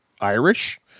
Irish